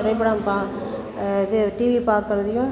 திரைப்படம் இது டிவி பாக்கிறதையும்